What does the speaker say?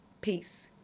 Peace